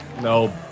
No